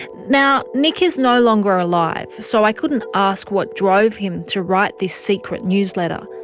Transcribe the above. now, nick is no longer alive, so i couldn't ask what drove him to write this secret newsletter,